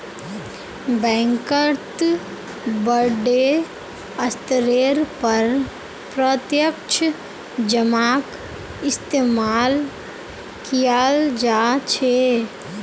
बैंकत बडे स्तरेर पर प्रत्यक्ष जमाक इस्तेमाल कियाल जा छे